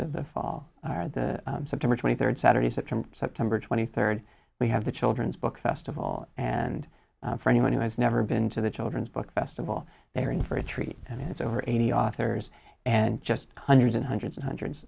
of the fall are the september twenty third saturday september september twenty third we have the children's book festival and for anyone who has never been to the children's book festival they are in for a treat and it's over eighty authors and just hundreds and hundreds and hundreds